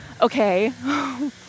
Okay